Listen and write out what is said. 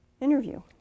interview